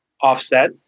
offset